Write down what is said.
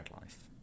life